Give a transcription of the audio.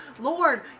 Lord